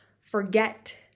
forget